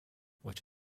which